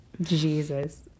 Jesus